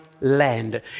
land